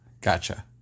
Gotcha